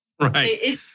right